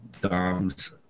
Dom's